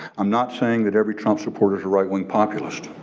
i'm not saying that every trump supporter is a right-wing populists.